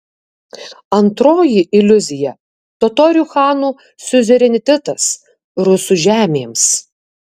antroji iliuzija totorių chanų siuzerenitetas rusų žemėms